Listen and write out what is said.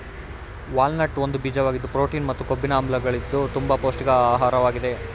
walnut ಒಂದು ಬೀಜವಾಗಿದ್ದು protein ಮತ್ತು ಕೊಬ್ಬಿನ ಆಮ್ಲಗಳಿದ್ದು ತುಂಬ ಪೌಷ್ಟಿಕ ಆಹಾರ್ವಾಗಿದೆ